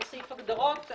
זה סעיף של הגדרות.